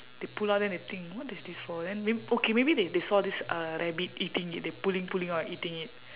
they pull out then they think what is this for then mayb~ okay maybe they they saw this uh rabbit eating it they pulling pulling out and eating it